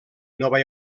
nova